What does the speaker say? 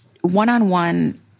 one-on-one